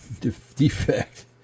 defect